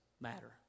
matter